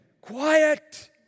Quiet